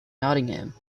nottingham